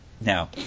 Now